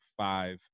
five